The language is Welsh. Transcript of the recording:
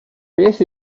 beth